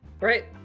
Right